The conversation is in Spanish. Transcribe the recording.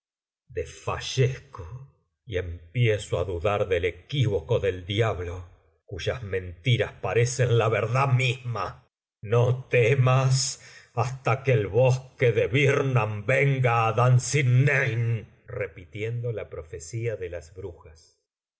mismo desfallezco y empiezo á dudar del equívoco del diablo cuyas mentiras parecen la verdad misma no temas hasta que el bosque debirnam venga ádunsinane repitiendo la profecía de las brujas yhe aquí que un bosque